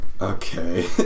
Okay